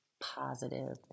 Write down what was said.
positive